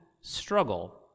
struggle